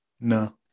No